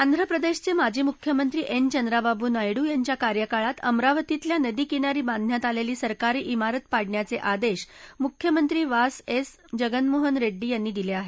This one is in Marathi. आंध्र प्रदेशचे माजी मुख्यमंत्री एन चंद्राबाबू नायडू यांच्या कार्यकाळात अमरावतीतल्या नदी किनारी बांधण्यात आलेली सरकारी िरात पाडण्याचे आदेश मुख्यमंत्री वास एस जगनमोहन रेड्डी यांनी दिले आहेत